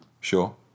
Sure